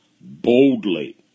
boldly